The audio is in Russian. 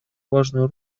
важную